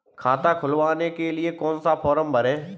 खाता खुलवाने के लिए कौन सा फॉर्म भरें?